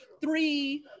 three